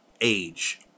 age